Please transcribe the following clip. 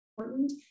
important